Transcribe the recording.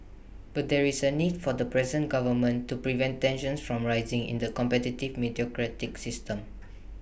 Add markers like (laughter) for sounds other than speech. but there is A need for the present government to prevent tensions from rising in the competitive (unintelligible) system